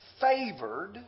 favored